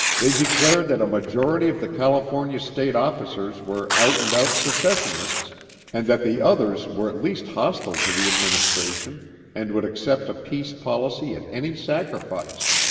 they declared that a majority of the california state officers were out-and-out secessionists and that the others were at least hostile to the administration and would accept a peace policy at any sacrifice.